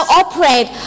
operate